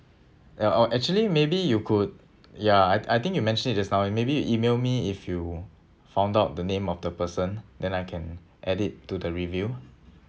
ya oh actually maybe you could ya I I think you mentioned just now maybe you email me if you found out the name of the person then I can add it to the review